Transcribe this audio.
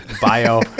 bio